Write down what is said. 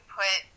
put